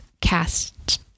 cast